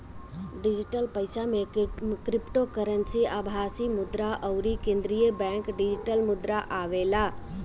digital पईसा में cryptocurrency, आभासी मुद्रा अउरी केंद्रीय बैंक डिजिटल मुद्रा आवेला